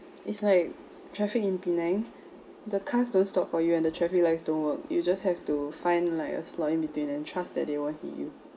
it's like traffic in penang the cars don't stop for you and the traffic lights don't work you just have to find like a slot in between and trust that they won't hit you